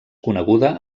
coneguda